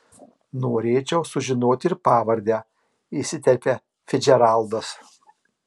norėčiau sužinoti ir pavardę įsiterpia ficdžeraldas